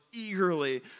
eagerly